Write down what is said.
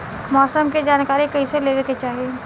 मौसम के जानकारी कईसे लेवे के चाही?